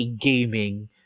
gaming